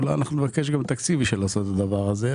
אולי אנחנו נבקש גם תקציב בשביל לעשות את הדבר הזה,